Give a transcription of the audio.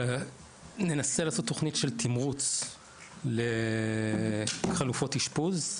ננסה לעשות תוכנית של תמרוץ לחלופות אשפוז.